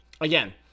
again